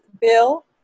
Bill